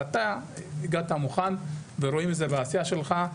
אתה הגעת מוכן, ורואים את זה בעשייה שלך.